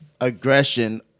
aggression